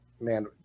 man